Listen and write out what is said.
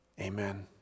Amen